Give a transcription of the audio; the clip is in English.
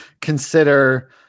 consider